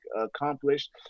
accomplished